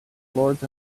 lords